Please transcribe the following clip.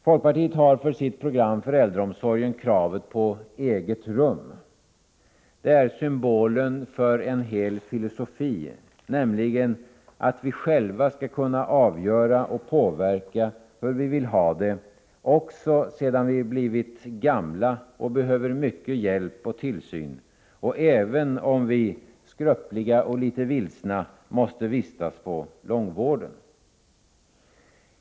Folkpartiet har i sitt program för äldreomsorgen kravet på eget rum. Det är symbolen för en hel filosofi, nämligen att vi själva skall kunna avgöra och påverka hur vi vill ha det också sedan vi blivit gamla och behöver mycket hjälp och tillsyn och även om vi, skröpliga och litet vilsna, måste vistas inom långvården.